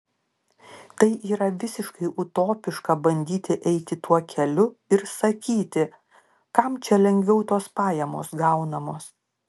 tai yra visiškai utopiška bandyti eiti tuo keliu ir sakyti kam čia lengviau tos pajamos gaunamos